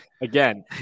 Again